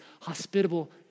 hospitable